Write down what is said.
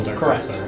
correct